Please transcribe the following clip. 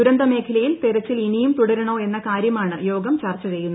ദുരന്തമേഖലയിൽ തെരച്ചിൽ ഇനിയുംതുടരണോ എസ്റ്റ് ക്ട്ട്ര്യമാണ് യോഗം ചർച്ച ചെയ്യുന്നത്